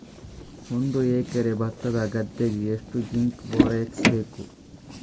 ಒಂದು ಎಕರೆ ಭತ್ತದ ಗದ್ದೆಗೆ ಎಷ್ಟು ಜಿಂಕ್ ಬೋರೆಕ್ಸ್ ಬೇಕು?